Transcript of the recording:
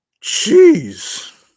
Jeez